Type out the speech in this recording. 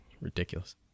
ridiculous